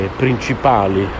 principali